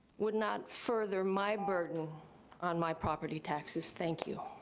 would not further my burden on my property taxes, thank you.